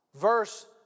verse